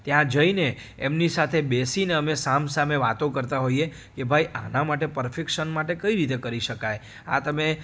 ત્યાં જઈને એમની સાથે બેસીને અમે સામ સામે વાતો કરતાં હોઈએ કે ભાઈ આના માટે પરફેકશન માટે કઈ રીતે કરી શકાય આ તમે